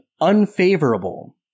unfavorable